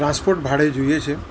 transport ભાડે જોઈએ છે